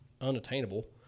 unattainable